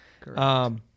Correct